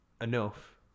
enough